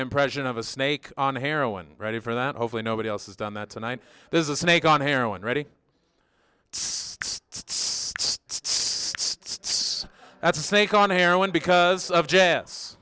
impression of a snake on heroin ready for that hopefully nobody else has done that tonight there's a snake on heroin ready it's states that's a snake on heroin because of je